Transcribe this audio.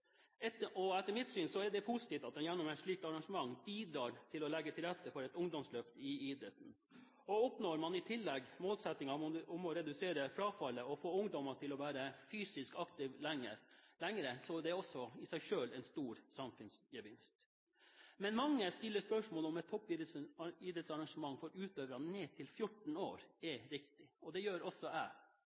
Etter mitt syn er det positivt at en gjennom et slikt arrangement bidrar til å legge til rette for et ungdomsløft i idretten. Oppnår man i tillegg målsettingen om å redusere frafallet og få ungdommer til å være fysisk aktive lenger, er det også i seg selv en stor samfunnsgevinst. Mange stiller spørsmål om et toppidrettsarrangement for utøvere ned til 14 år er riktig. Det gjør også jeg